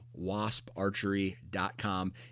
wasparchery.com